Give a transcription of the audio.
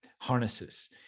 harnesses